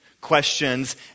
questions